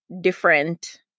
different